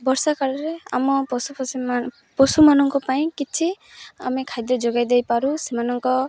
ବର୍ଷା କାଳରେ ଆମ ପଶୁ ପଶୀ ପଶୁମାନଙ୍କ ପାଇଁ କିଛି ଆମେ ଖାଦ୍ୟ ଯୋଗାଇ ଦେଇପାରୁ ସେମାନଙ୍କ